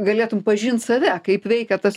galėtum pažint save kaip veikia tas